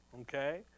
Okay